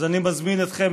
אז אני מזמין אתכם,